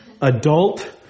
adult